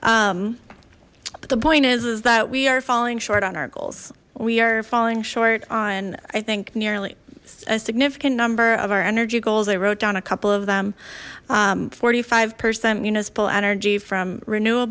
april the point is is that we are falling short on our goals we are falling short on i think nearly a significant number of our energy goals i wrote down a couple of them forty five percent municipal energy from renewa